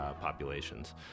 populations